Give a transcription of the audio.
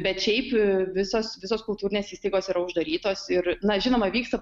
bet šiaip visos visos kultūrinės įstaigos uždarytos ir na žinoma vyksta